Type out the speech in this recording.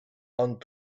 ond